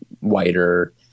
wider